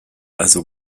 also